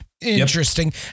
Interesting